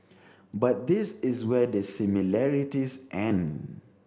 but this is where the similarities end